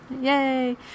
Yay